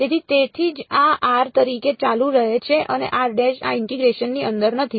તેથી તેથી જ આ r તરીકે ચાલુ રહે છે અને આ ઇન્ટીગ્રેશન ની અંદર નથી